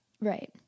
right